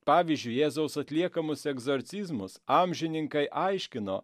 pavyzdžiui jėzaus atliekamus egzorcizmus amžininkai aiškino